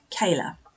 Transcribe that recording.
Kayla